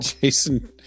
Jason